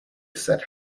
said